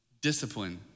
Discipline